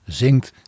zingt